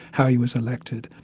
how he was elected,